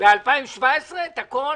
ב-2017 את הכול